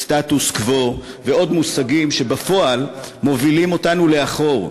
"סטטוס קוו" ועוד מושגים שבפועל מובילים אותנו לאחור,